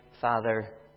Father